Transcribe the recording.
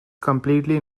completely